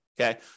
Okay